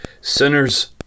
sinners